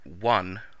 one